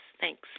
Thanks